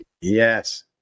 yes